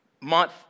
month